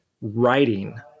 writing